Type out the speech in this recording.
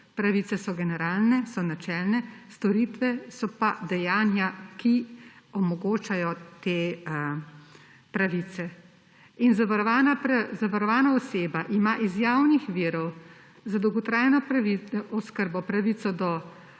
Pravice so generalne, so načelne, storitve so pa dejanja, ki omogočajo te pravice. In zavarovana oseba ima iz javnih virov za dolgotrajno oskrbo pravico do